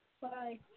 Bye